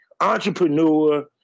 entrepreneur